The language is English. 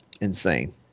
insane